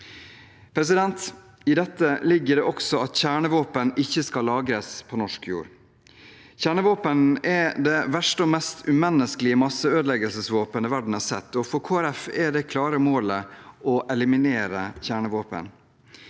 forpliktelser. I dette ligger det også at kjernevåpen ikke skal lagres på norsk jord. Kjernevåpen er det verste og mest umenneskelige masseødeleggelsesvåpenet verden har sett, og for Kristelig Folkeparti er det et klart mål å eliminere kjernevåpen.